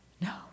No